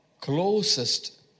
closest